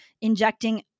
injecting